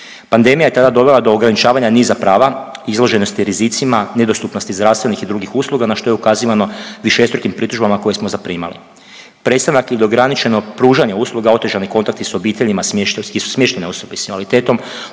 Pandemija je tada dovela do ograničavanja niza prava, izloženosti rizicima, nedostupnosti zdravstvenih i drugih usluga, na što je ukazivano višestrukim pritužbama koje smo zaprimali. Prestanak ili ograničeno pružanje usluga, otežani kontakti s obiteljima gdje su smještene osobe s invaliditetom